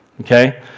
okay